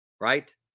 Right